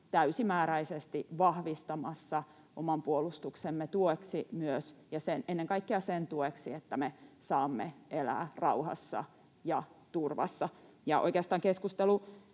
täysimääräisesti vahvistamassa myös oman puolustuksemme tueksi ja ennen kaikkea sen tueksi, että me saamme elää rauhassa ja turvassa. Oikeastaan keskustelu